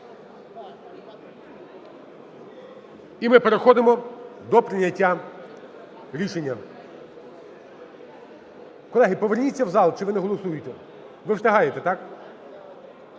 і ми переходимо до прийняття рішення. Колеги, поверніться в зал. Чи ви не голосуєте? Ви встигаєте, так?